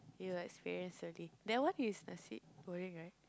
you experienced already that one is nasi-goreng right